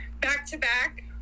back-to-back